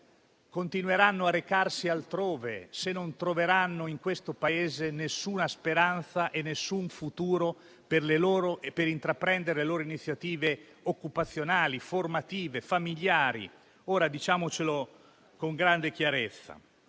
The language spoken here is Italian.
continueranno a recarsi altrove se non troveranno in questo Paese speranza per un futuro nel quale intraprendere le loro iniziative occupazionali, formative, familiari. Diciamocelo con grande chiarezza: